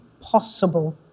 possible